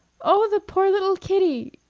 oh, the poor little kitty!